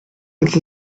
with